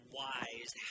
wise